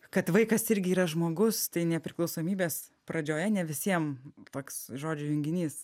kad vaikas irgi yra žmogus tai nepriklausomybės pradžioje ne visiem toks žodžių junginys